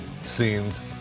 scenes